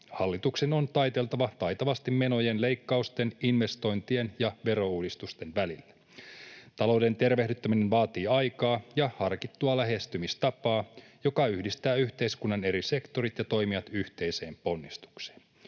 hallituksen on taiteiltava taitavasti menojen leikkausten, investointien ja verouudistusten välillä. Talouden tervehdyttäminen vaatii aikaa ja harkittua lähestymistapaa, joka yhdistää yhteiskunnan eri sektorit ja toimijat yhteiseen ponnistukseen.